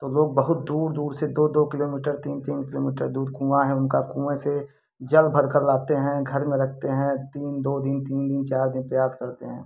तो लोग बहुत दूर दूर से दो दो किलोमीटर तीन तीन किलोमीटर दूर कुआँ है उनका कुऍं से जल भरकर लाते हैं घर में रखते हैं तीन दो दिन तीन दिन चार दिन प्रयास करते हैं